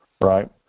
right